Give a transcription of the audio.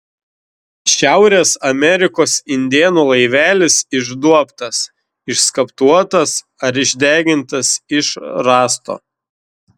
šiaurės amerikos indėnų laivelis išduobtas išskaptuotas ar išdegintas iš rąsto